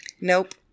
Nope